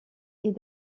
est